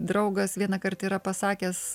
draugas vienąkart yra pasakęs